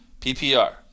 PPR